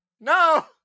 No